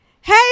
hey